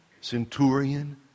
centurion